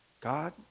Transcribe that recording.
God